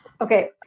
Okay